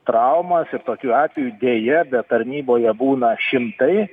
traumas tokiu atveju deja be tarnyboje būna šimtai